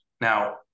now